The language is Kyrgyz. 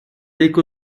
эки